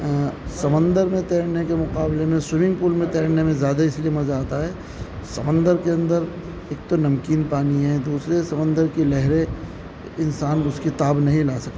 سمندر میں تیرنے کے مقابلے میں سوئمنگ پول میں تیرنے میں زیادہ اس لیے مزہ آتا ہے سمندر کے اندر ایک تو نمکین پانی ہے دوسرے سمندر کی لہریں انسان اس کی تاب نہیں لا سکتا